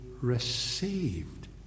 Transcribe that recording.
received